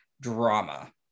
drama